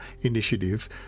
initiative